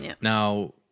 now